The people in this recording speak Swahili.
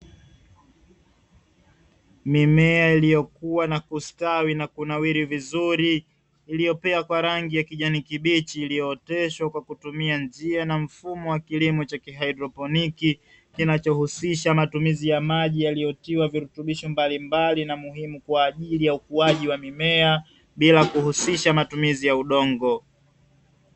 Mimea iliyokua na kustawi na kunawiri vizuri iliyopea kwa rangi ya kijani kibichi, iliyooteshwa kwa kutumia njia na mfumo wa kilimo cha kihaidroponi, kinachohusisha matumizi ya maji yaliyotiwa virutubisho mbalimbali na muhimu kwa ajili ya ukuaji wa mimea bila kuhusisha matumizi ya udongo.